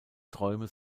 träume